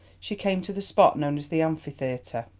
she came to the spot known as the amphitheatre.